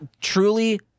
truly